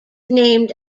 named